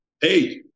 hey